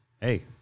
Hey